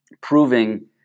proving